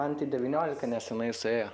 man tai devyniolika neseniai suėjo